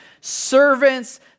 servants